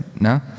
No